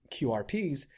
QRPs